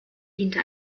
diente